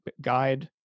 guide